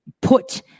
put